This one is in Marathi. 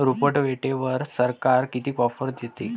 रोटावेटरवर सरकार किती ऑफर देतं?